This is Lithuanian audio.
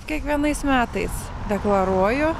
kiekvienais metais deklaruoju